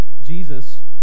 jesus